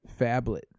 Phablet